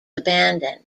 abandoned